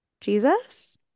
jesus